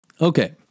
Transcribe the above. Okay